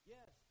Yes